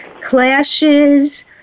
clashes